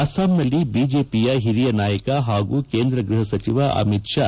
ಅಸ್ಖಾಂನಲ್ಲಿ ಬಿಜೆಪಿಯ ಹಿರಿಯ ನಾಯಕ ಹಾಗೂ ಕೇಂದ್ರ ಗೃಹ ಸಚಿವ ಅಮಿತ್ ಶಾ